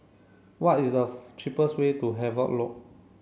what is the cheapest way to Havelock Road